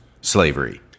slavery